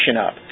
up